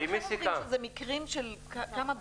אתם בעצמכם אומרים שאלה מקרים של כמה כלבים בודדים.